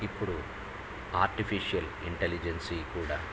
ఇప్పుడు artificial intelligence కూడా